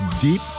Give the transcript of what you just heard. Deep